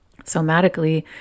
Somatically